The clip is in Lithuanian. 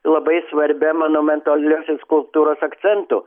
labai svarbia monumentaliosios skulptūros akcentu